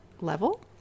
level